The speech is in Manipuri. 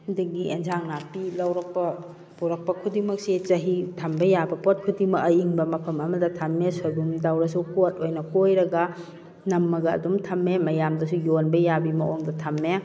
ꯑꯗꯒꯤ ꯏꯟꯖꯥꯟ ꯅꯥꯄꯤ ꯂꯧꯔꯛꯄ ꯄꯨꯔꯛꯄ ꯈꯨꯗꯤꯡꯃꯛꯁꯦ ꯆꯍꯤ ꯊꯝꯕ ꯌꯥꯕ ꯄꯣꯠ ꯈꯨꯗꯤꯡꯃꯛ ꯑꯏꯪꯕ ꯃꯐꯝ ꯑꯃꯗ ꯊꯝꯃꯦ ꯁꯣꯏꯕꯨꯝ ꯇꯧꯔꯁꯨ ꯀꯣꯠ ꯑꯣꯏꯅ ꯀꯣꯏꯔꯒ ꯅꯝꯃꯒ ꯑꯗꯨꯝ ꯊꯝꯃꯦ ꯃꯌꯥꯝꯗꯁꯨ ꯌꯣꯟꯕ ꯌꯥꯕꯤ ꯃꯑꯣꯡꯗ ꯊꯝꯃꯦ